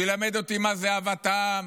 שילמד אותי מה זאת אהבת העם,